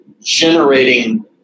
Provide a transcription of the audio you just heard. generating